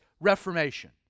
reformation